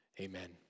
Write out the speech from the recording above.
Amen